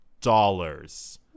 dollars